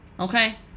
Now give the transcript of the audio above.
Okay